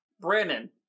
Brandon